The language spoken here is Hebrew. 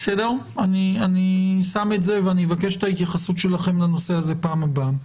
אני שם את זה ואני מבקש את ההתייחסות שלכם לנושא הזה בפעם הבאה.